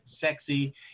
sexy